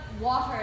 water